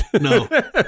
no